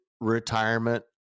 retirement